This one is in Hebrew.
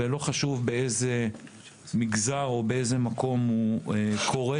ולא חשוב באיזה מגזר או באיזה מקום הוא קורה.